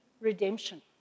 redemption